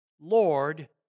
Lord